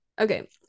Okay